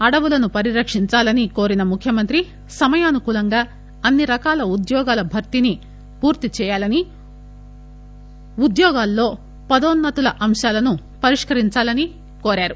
అడవులను పరిరక్షించాలని కోరిన ముఖ్యమంత్రి సమయానుకూలంగా అన్సి రకాల ఉద్యోగాల భర్తిని పూర్తి చేయాలని ఉద్యోగాల్లో పదోన్నతుల అంశాలను పరిష్కరించాలని కోరారు